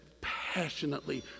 passionately